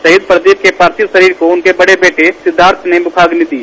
शहीद प्रदीप के पार्थिव शरीर को उनक बड़े बेटे सिद्वार्थ ने मुखाग्नि दी